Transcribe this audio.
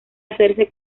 hacerse